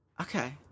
Okay